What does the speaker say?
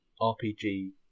RPG